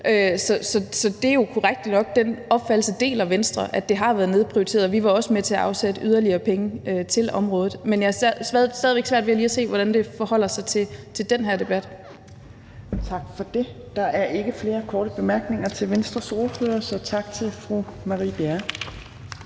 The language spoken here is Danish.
Så det er jo korrekt nok. Den opfattelse deler Venstre, altså at det har været nedprioriteret, og vi var også med til at afsætte yderligere penge til området. Men jeg har stadig væk svært ved lige at se, hvordan det forholder sig til den her debat. Kl. 18:06 Fjerde næstformand (Trine Torp): Der er ikke flere korte bemærkninger til Venstres ordfører, så tak til fru Marie Bjerre.